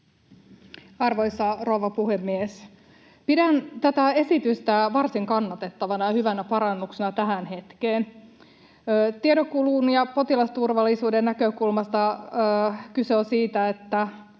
Arvoisa rouva puhemies! Pidän tätä esitystä varsin kannatettavana ja hyvänä parannuksena tähän hetkeen. Tiedonkulun ja potilasturvallisuuden näkökulmasta kyse on siitä, että